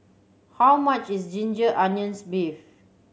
how much is ginger onions beef